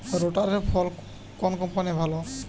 রোটারের ফল কোন কম্পানির ভালো?